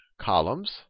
columns